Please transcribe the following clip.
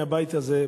מהבית הזה,